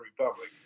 Republic